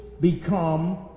become